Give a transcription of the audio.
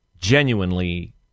genuinely